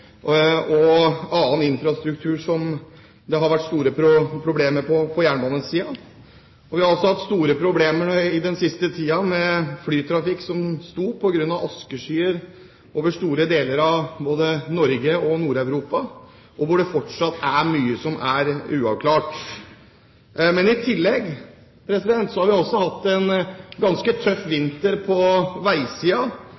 og annen infrastruktur som det har vært store problemer med på jernbanesiden. Vi har også hatt store problemer den siste tiden med flytrafikken, som sto stille på grunn av askeskyer over store deler av både Norge og Nord-Europa, og hvor det fortsatt er mye som er uavklart. I tillegg har vi hatt en ganske tøff